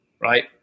right